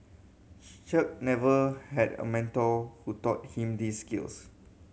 Chung never had a mentor who taught him these skills